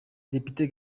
depite